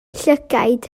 llygaid